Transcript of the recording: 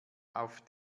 auf